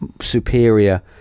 superior